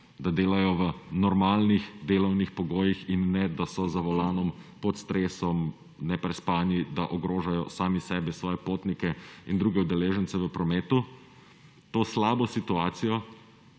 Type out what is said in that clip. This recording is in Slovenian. da delajo v normalnih delovnih pogojih in ne da so za volanom pod stresom, neprespani, da ogrožajo sami sebe, svoje potnike in druge udeležence v prometu. To slabo situacijo